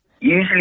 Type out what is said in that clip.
Usually